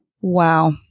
Wow